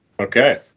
Okay